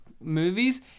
movies